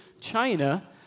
China